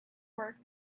work